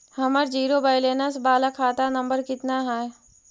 हमर zero balance बाला खाता नम्बर कितना है?